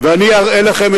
ואני אראה לכם,